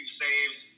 saves